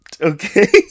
Okay